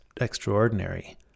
extraordinary